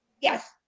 Yes